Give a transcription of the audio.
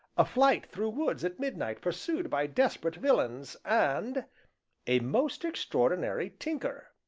a flight through woods at midnight pursued by desperate villains, and a most extraordinary tinker.